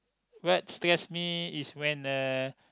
what stress me is when uh